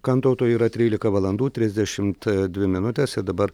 kantautui yra trylika valandų trisdešimt dvi minutės ir dabar